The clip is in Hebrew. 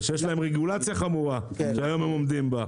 ויש להם רגולציה כמורה שהיום הם עומדים בה.